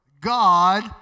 God